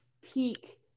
peak